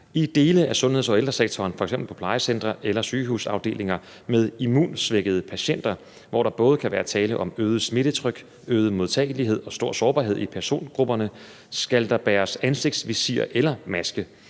I dele af sundheds- og ældresektoren, f.eks. på plejecentre eller sygehusafdelinger med imunsvækkede patienter, hvor der både kan være tale om et øget smittetryk, øget modtagelighed og stor sårbarhed i persongrupperne, skal der bæres ansigtsvisir eller maske,